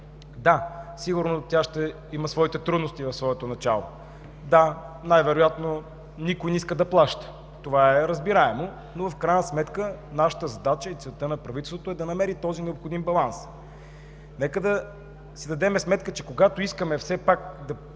Да, сигурно тя ще има своите трудности в началото си; да, вероятно никой не иска да плаща и това е разбираемо, но в крайна сметка нашата задача и целта на правителството е да намери този необходим баланс. Нека да си дадем сметка, че когато искаме, като